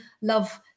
love